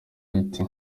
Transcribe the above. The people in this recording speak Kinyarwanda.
riti